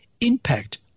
impact